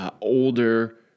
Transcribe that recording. Older